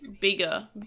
bigger